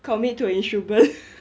commit to an instrument